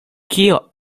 kio